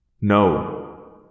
No